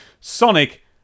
Sonic